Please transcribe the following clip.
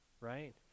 right